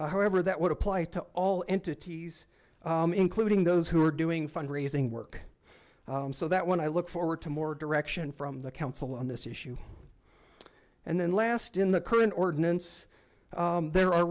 however that would apply to all entities including those who are doing fund raising work so that when i look forward to more direction from the council on this issue and then last in the current ordinance there are